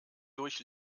durch